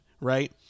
right